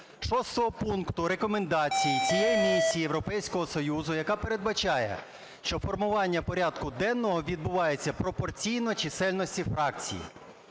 до 6 пункту Рекомендацій цієї місії Європейського Союзу, яка передбачає, що формування порядку денного відбувається пропорційно чисельності фракцій.